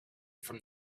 from